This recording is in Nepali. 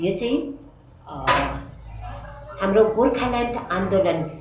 यो चाहिँ हाम्रो गोर्खाल्यान्ड आन्दोलन